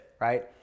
right